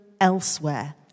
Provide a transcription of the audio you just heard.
elsewhere